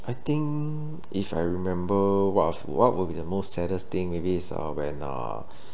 I think if I remember what of what will be the most saddest thing maybe is uh when uh